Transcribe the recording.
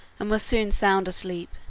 and was soon sound asleep.